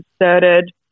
inserted